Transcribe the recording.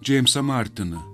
džeimsą martiną